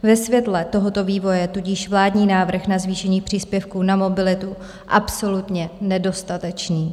Ve světle tohoto vývoje je tudíž vládní návrh na zvýšení příspěvku na mobilitu absolutně nedostatečný.